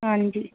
ਹਾਂਜੀ